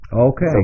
Okay